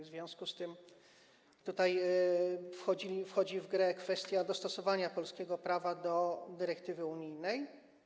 W związku z tym tutaj wchodzi w grę kwestia dostosowania polskiego prawa do dyrektywy unijnej.